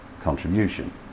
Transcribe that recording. contribution